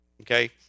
Okay